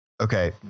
Okay